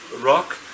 rock